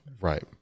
Right